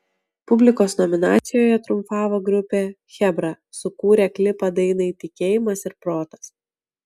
publikos nominacijoje triumfavo grupė chebra sukūrę klipą dainai tikėjimas ir protas